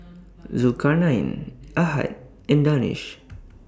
Zulkarnain Ahad and Danish